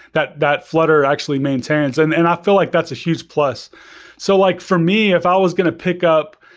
that that flutter actually maintains. and and i feel like that's a huge plus so like for me, if i was going to pick up